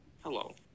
Hello